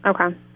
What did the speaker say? Okay